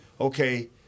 Okay